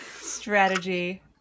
Strategy